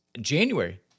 January